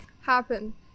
happen